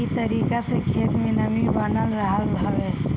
इ तरीका से खेत में नमी बनल रहत हवे